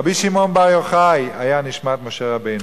רבי שמעון בר יוחאי היה נשמת משה רבנו,